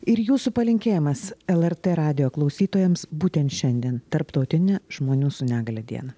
ir jūsų palinkėjimas lrt radijo klausytojams būtent šiandien tarptautinę žmonių su negalia dieną